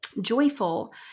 joyful